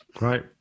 Right